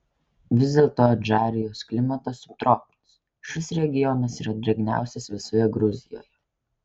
vis dėlto adžarijos klimatas subtropinis šis regionas yra drėgniausias visoje gruzijoje